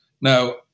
now